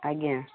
ଆଜ୍ଞା